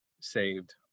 saved